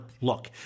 look